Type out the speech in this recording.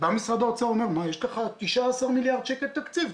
בא משרד התקציב אומר שיש 19 מיליארד שקלים תקציב,